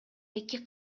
эки